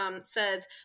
says